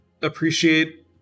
appreciate